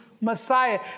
Messiah